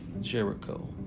Jericho